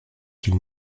qu’il